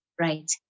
Right